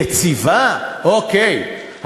ליציבה" אוקיי,